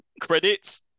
credits